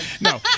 no